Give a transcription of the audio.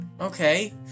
Okay